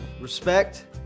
Respect